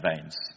veins